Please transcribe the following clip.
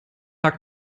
tag